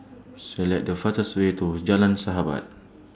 Select The fastest Way to Jalan Sahabat